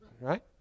right